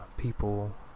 People